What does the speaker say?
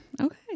Okay